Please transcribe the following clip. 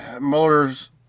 Mueller's